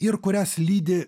ir kurias lydi